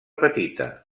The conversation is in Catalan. petita